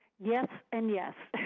yes and yes.